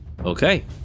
Okay